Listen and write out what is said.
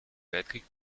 weltkrieg